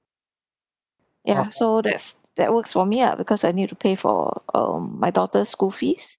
ya so that's that works for me ah because I need to pay for um my daughter's school fees